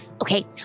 Okay